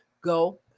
Go